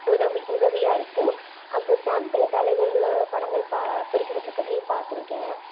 உதவி உதவியாக இருக்கும் அப்புறம் ஸ்டாம்ப்பில் தலைவர்களோட படங்கள் பொறிக்கப்பட்டு இருக்கிறதையும் பாத்திருக்கேன்